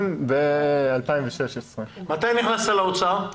2016. מתי נכנסת לאוצר?